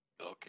okay